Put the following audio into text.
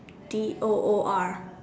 D o o R